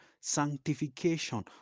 sanctification